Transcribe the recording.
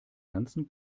ganzen